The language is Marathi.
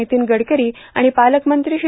नितीन गडकरी आणि पालकमंत्री श्री